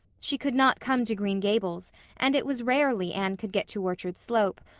she could not come to green gables and it was rarely anne could get to orchard slope,